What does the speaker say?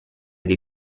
dei